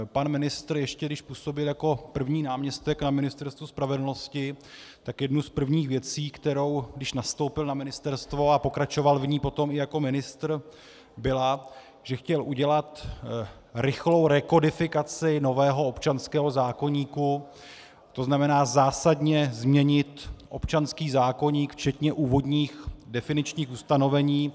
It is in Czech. Pan ministr, ještě když působil jako první náměstek na Ministerstvu spravedlnosti, tak jedna z prvních věcí, když nastoupil na ministerstvo, a pokračoval v ní potom i jako ministr, byla, že chtěl udělat rychlou rekodifikaci nového občanského zákoníku, to znamená zásadně změnit občanský zákoník včetně úvodních definičních ustanovení.